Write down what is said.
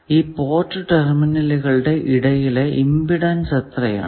ഈ പോർട്ട് ടെർമിനലുകളുടെ ഇടയിലെ ഇമ്പിഡൻസ് എത്രയാണ്